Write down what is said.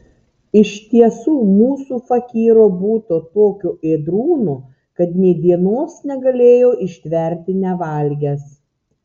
iš tiesų mūsų fakyro būta tokio ėdrūno kad nė dienos negalėjo ištverti nevalgęs